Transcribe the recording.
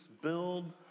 build